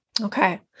Okay